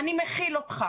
"אני מכיל אותך"